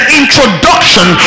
introduction